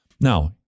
Now